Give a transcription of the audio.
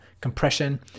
compression